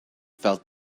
felt